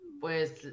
Pues